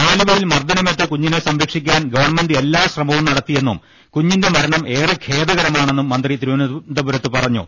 ആലുവയിൽ മർദ്ദ നമേറ്റ കുഞ്ഞിനെ സംരക്ഷിക്കാൻ ഗവൺമെന്റ് എല്ലാ ശ്രമവും നടത്തിയെന്നും കുഞ്ഞിന്റെ മർണം ഏറെ ഖേദകരമാണെന്നും മന്ത്രി തിരുവനന്തപുരത്ത് പറഞ്ഞു